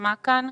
נשמע כאן.